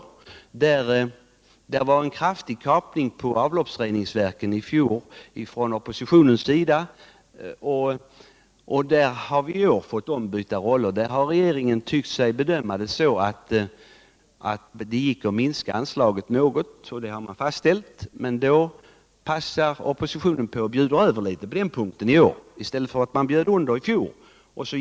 I fjol föreslog oppositionen en kraftig kapning på avloppsreningsverken, men där har vi nu fått ombytta roller. Nu har regeringen tyckt sig kunna bedöma situationen så, att det går att minska det anslaget något — och det har man fastställt — men då har oppositionen passat på att bjuda litet över på den punkten i år, i stället för att bjuda under som i fjol.